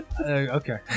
Okay